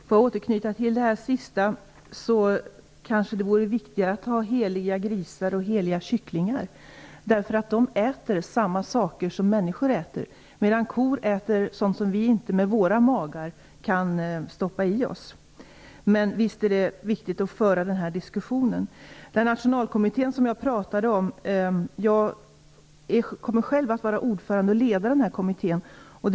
Herr talman! För att återknyta till det sista tycker jag att det kanske vore viktigare att ha heliga grisar och kycklingar därför att de äter samma saker som människor, medan kon äter sådant som vi inte kan stoppa i våra magar. Men visst är det viktigt att föra den här diskussionen. Jag kommer själv att vara ledare och ordförande i den nationalkommitté som jag talade om.